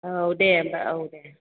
औ दे होमबा औ दे